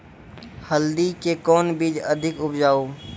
हल्दी के कौन बीज अधिक उपजाऊ?